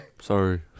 Sorry